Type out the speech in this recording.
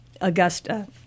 Augusta